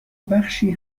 بخشی